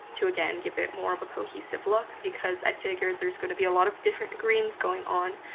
to again, give it more of a cohesive look, because i figured there's gonna be a lot of different greens going on,